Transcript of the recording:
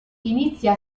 inizia